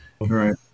Right